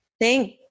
Thank